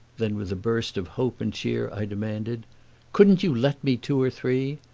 then with a burst of hope and cheer i demanded couldn't you let me two or three?